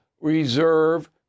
reserve